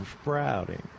sprouting